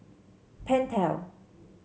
pentel